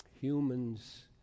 humans